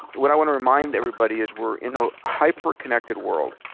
what i wanna remind everybody is we're in a hyperconnected world,